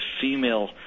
female